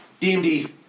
DMD